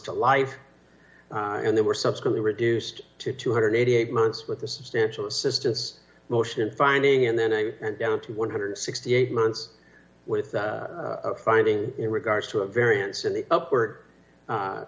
to life and they were subsequently reduced to two hundred and eighty eight months with the substantial assistance motion finding and then i went down to one hundred and sixty eight months with a finding in regards to a variance in the upward